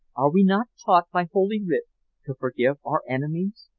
are we not taught by holy writ to forgive our enemies?